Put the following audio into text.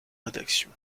rédaction